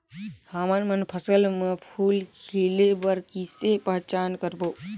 हमन मन फसल म फूल खिले बर किसे पहचान करबो?